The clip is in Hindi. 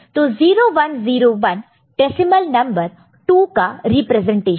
तो 0101 डेसिमल नंबर 2 का रिप्रेजेंटेशन है